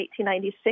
1896